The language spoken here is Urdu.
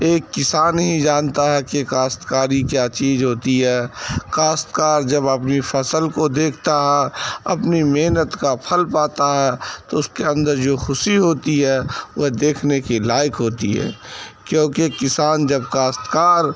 ایک کسان ہی جانتا ہے کہ کاشت کاری کیا چیز ہوتی ہے کاشت کار جب اپنی فصل کو دیکھتا ہے اپنی محنت کا پھل پاتا ہے تو اس کے اندر جو خوشی ہوتی ہے وہ دیکھنے کے لائق ہوتی ہے کیوںکہ کسان جب کاشت کار